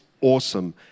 awesome